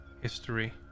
history